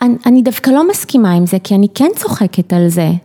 אנ.. אני דווקא לא מסכימה עם זה, כי אני כן צוחקת על זה.